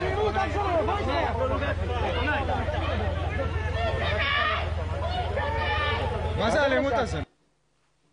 תודה רבה על הדיון ועל זכות הדיבור.